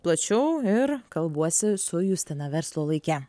plačiau ir kalbuosi su justina verslo laike